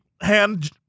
hand-